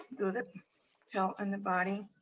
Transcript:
do the tail and the body.